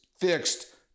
fixed